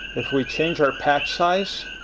if we change our patch size,